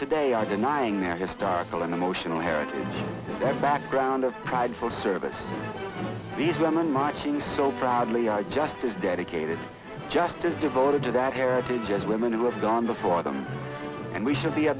today are denying their historical and emotional heritage that background of prideful service these women marching so proudly are just as dedicated just as devoted to that heritage as women who have gone before them and we should be a